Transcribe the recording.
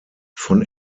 von